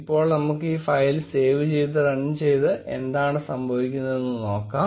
ഇപ്പോൾ നമുക്ക് ഈ ഫയൽ സേവ് ചെയ്ത് റൺ ചെയ്ത് എന്താണ് സംഭവിക്കുന്നതെന്ന് നോക്കാം